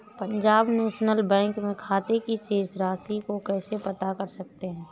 Punjab National Bank में खाते की शेष राशि को कैसे पता कर सकते हैं?